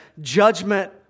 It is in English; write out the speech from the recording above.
judgment